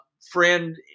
friend